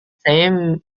saya